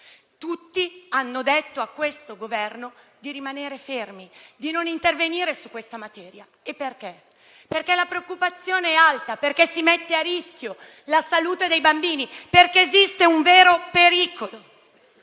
Tutti hanno detto a questo Governo di rimanere fermi e di non intervenire su questa materia, perché la preoccupazione è alta e si mette a rischio la salute dei bambini. Esiste un vero pericolo.